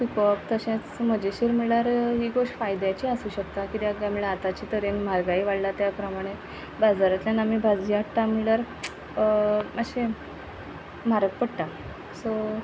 पिकोवप तशेंच मजेशीर म्हळ्यार ही गोश्ट फायद्याची आसूं शकता कित्याक काय म्हळ्यार आताच्या तरेन म्हारगाय वाडला त्या प्रमाणे बाजारांतल्यान आमी भाजी हाडटा म्हणल्यार मातशे म्हारग पडटा सो